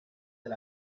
del